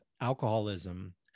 alcoholism